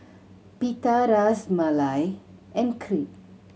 Pita Ras Malai and Crepe